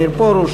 מאיר פרוש,